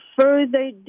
further